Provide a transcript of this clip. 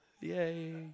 Yay